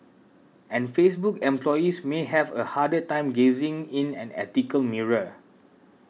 and Facebook employees may have a harder time gazing in an ethical mirror